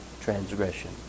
transgression